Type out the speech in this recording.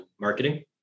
marketing